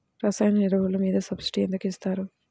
రసాయన ఎరువులు మీద సబ్సిడీ ఎందుకు ఇస్తారు?